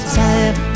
time